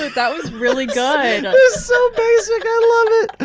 that was really good. it was so basic i love it.